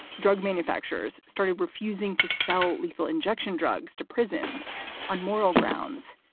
drug manufacturers started refusing to sell lethal injection drugs to prisons on moral grounds.